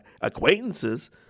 acquaintances